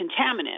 contaminant